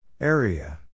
Area